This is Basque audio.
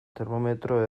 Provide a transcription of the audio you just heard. termometro